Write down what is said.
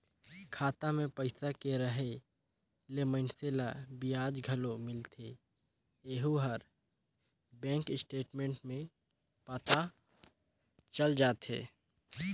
खाता मे पइसा के रहें ले मइनसे ल बियाज घलो मिलथें येहू हर बेंक स्टेटमेंट में पता चल जाथे